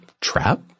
trap